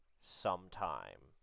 sometime